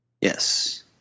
yes